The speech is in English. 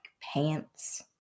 pants